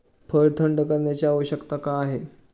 फळ थंड करण्याची आवश्यकता का आहे?